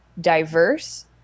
diverse